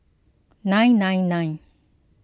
nine nine nine